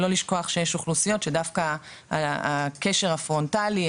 לא לשכוח שיש אוכלוסיות שדווקא הקשר הפרונטלי,